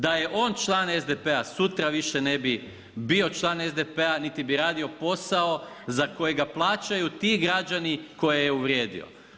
Da je on član SDP-a sutra više ne bi bio član SDP-a niti bi radio posao za koji ga plaćaju ti građani koje je uvrijedio.